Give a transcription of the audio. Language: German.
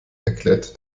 erklärt